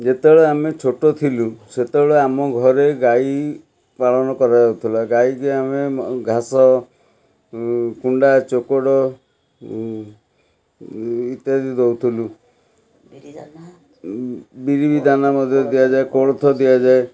ଯେତେବେଳେ ଆମେ ଛୋଟ ଥିଲୁ ସେତେବେଳେ ଆମ ଘରେ ଗାଈ ପାଳନ କରାଯାଉଥିଲା ଗାଈକି ଆମେ ଘାସ କୁଣ୍ଡା ଚୋକଡ଼ ଇତ୍ୟାଦି ଦଉଥିଲୁ ବିରି ଦାନା ମଧ୍ୟ ଦିଆଯାଏ କୋଳଥ ଦିଆଯାଏ